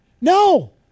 No